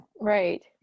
right